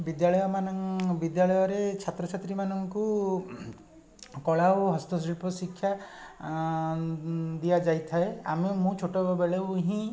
ବିଦ୍ୟାଳୟମାନ ବିଦ୍ୟାଳୟରେ ଛାତ୍ରଛାତ୍ରୀମାନଙ୍କୁ କଳା ଓ ହସ୍ତଶିଳ୍ପ ଶିକ୍ଷା ଉଁ ଦିଆଯାଇଥାଏ ଆମେ ମୁଁ ଛୋଟ ବେଳୁ ହିଁ